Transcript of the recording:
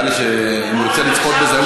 נראה לי שאם הוא רוצה לצפות בזה,